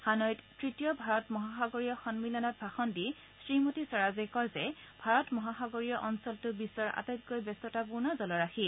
হানৈত তৃতীয় ভাৰত মহাসাগৰীয় সন্মিলনত ভাষণ দি শ্ৰীমতী স্বৰাজে কয় যে ভাৰত মহাসাগৰীয় অঞ্চলটো বিশ্বৰ আটাইতকৈ ব্যস্ততাপূৰ্ণ জলৰাশি